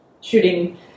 shooting